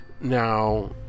Now